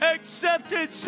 Accepted